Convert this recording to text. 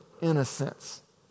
innocence